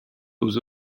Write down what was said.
aux